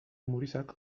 amurizak